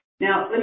Now